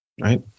Right